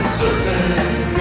surfing